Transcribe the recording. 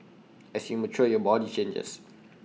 as you mature your body changes